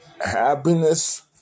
happiness